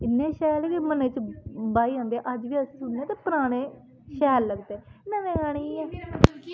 इ'न्ने शैल के मनै च भाई जंदे हे अज्ज बी अस सुनने ते पराने शैल लगदे नमें गाने इ'यां